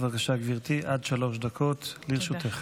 בבקשה, עד שלוש דקות לרשותך.